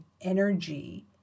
energy